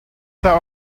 that